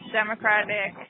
democratic